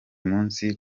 munsi